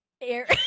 air